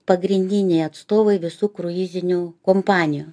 pagrindiniai atstovai visų kruizinių kompanijų